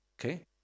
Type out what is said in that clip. okay